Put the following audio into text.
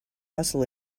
hustle